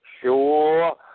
Sure